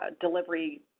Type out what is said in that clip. delivery